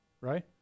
right